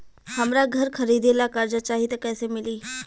हमरा घर खरीदे ला कर्जा चाही त कैसे मिली?